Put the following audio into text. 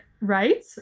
right